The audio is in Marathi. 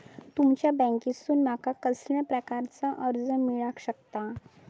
तुमच्या बँकेसून माका कसल्या प्रकारचा कर्ज मिला शकता?